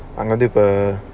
அங்கவந்துஇப்ப:anka vandhu ipa